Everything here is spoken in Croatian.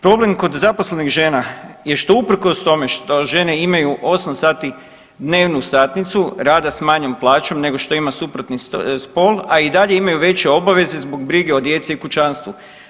Problem kod zaposlenih žena je što uprkos tome što žene imaju osam sati dnevnu satnicu rada sa manjom plaćom, nego što ima suprotni spol, a i dalje imaju veće obaveze zbog brige o djeci i kućanstvu.